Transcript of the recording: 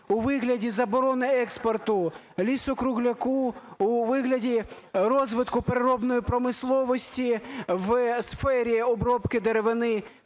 у вигляді заборони експорту лісу-круляка у вигляді розвитку переробної промисловості в сфері обробки деревини,